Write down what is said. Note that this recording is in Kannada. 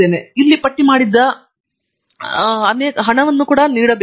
ನಾನು ಇಲ್ಲಿ ಪಟ್ಟಿ ಮಾಡಿದ್ದ ಅನೇಕ ಹಣವನ್ನು ಕೂಡಾ ನೀಡಲಾಗಿದೆ